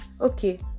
okay